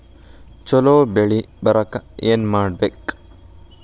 ಛಲೋ ಬೆಳಿ ಬರಾಕ ಏನ್ ಮಾಡ್ಬೇಕ್?